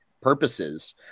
purposes